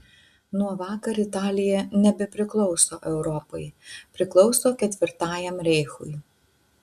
nuo vakar italija nebepriklauso europai priklauso ketvirtajam reichui